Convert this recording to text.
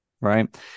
Right